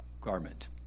garment